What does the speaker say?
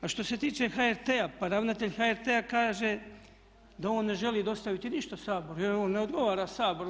A što se tiče HRT-a, pa ravnatelj HRT-a kaže da on ne želi dostaviti ništa Saboru jer on ne odgovara Saboru.